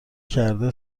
کرده